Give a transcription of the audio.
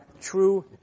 true